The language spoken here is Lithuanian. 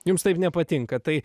jums taip nepatinka tai